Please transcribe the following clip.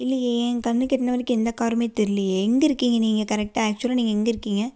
இல்லையே ஏன் கண்ணுக்கு எட்டின வரைக்கும் எந்தக் காருமே தெரிலயே எங்கே இருக்கீங்கள் நீங்கள் கரெக்டாக ஆக்சுவலாக நீங்கள் எங்கே இருக்கீங்கள்